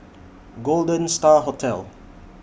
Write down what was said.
Golden STAR Hotel